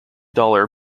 dollar